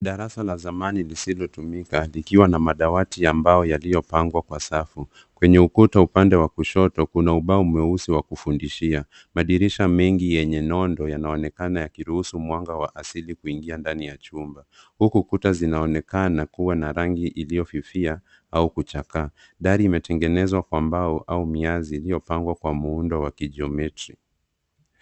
Darasa la zamani lisilotumika likiwa na madawati ya mbao yaliyopangwa kwa safu kwenye ukuta. Upande wa kushoto kuna ubao mweusi wa kufundishia. Madirisha mengi yenye nondo yanaonekana yakiruhusu mwanga wa asili kuingia ndani ya chumba huku kuta zinaonekana kuwa na rangi iliyofifia au kuchakaa. Dari imetengenezwa kwa mbao au miazi iliyopangwa kwa muundo wa kijiometria.